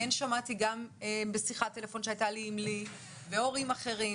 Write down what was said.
כן שמעתי גם בשיחת טלפון שהייתה לי עם לי ועם הורים אחרים,